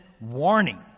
Warning